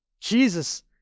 Jesus